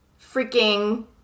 freaking